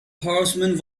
horseman